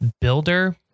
Builder